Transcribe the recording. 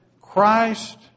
Christ